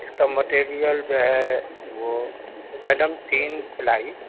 اس کا مٹیریل جو ہے وہ میڈم تین پلائی